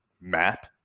map